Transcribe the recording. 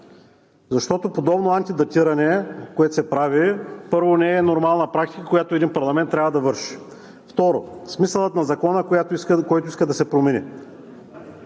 Защото подобно антидатиране, което се прави, първо, не е нормална практика, която един парламент трябва да върши, второ, смисълът на Закона, който искате да се промени.